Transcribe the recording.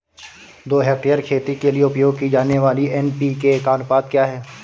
दो हेक्टेयर खेती के लिए उपयोग की जाने वाली एन.पी.के का अनुपात क्या है?